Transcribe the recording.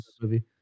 movie